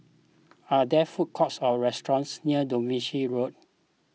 are there food courts or restaurants near Devonshire Road